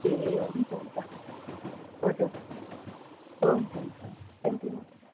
ए हुन्छ हुन्छ हजुर हुन्छ हुन्छ थ्याङ्कयू